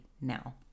now